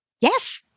Yes